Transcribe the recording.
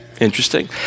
interesting